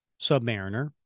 Submariner